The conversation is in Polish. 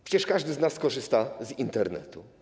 Przecież każdy z nas korzysta z Internetu.